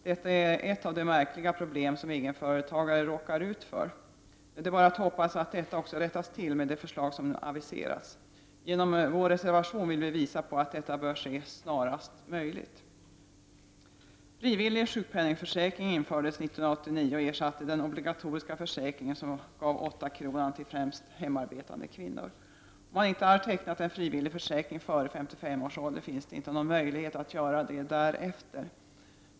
Detta är ett av de märkliga problem som egenföretagarna råkar ut för. Nu kan vi bara hoppas att detta problem skall rättas till med det förslag som har aviserats. Med vår reservation vill vi visa att detta bör ske snarast möjligt. Frivillig sjukpenningförsäkring infördes 1989 och ersatte den obligatoriska försäkringen, som gav 8 kr. till främst hemarbetande kvinnor. Om man inte har tecknat en frivillig försäkring före 55 års ålder, så finns det inte någon möjlighet att göra det därefter.